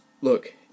Look